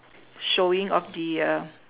showing of the uh